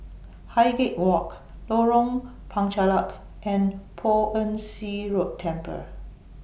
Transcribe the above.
Highgate Walk Lorong Penchalak and Poh Ern Shih Temple